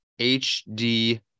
HD